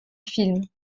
film